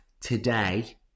today